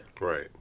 Right